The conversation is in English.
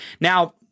Now